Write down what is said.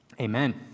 Amen